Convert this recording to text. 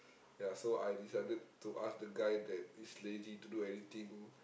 ya so I decided to ask the guy that this lady to do anything